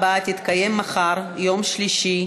עברה בקריאה ראשונה,